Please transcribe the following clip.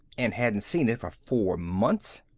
and hadn't seen it for four months.